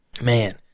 man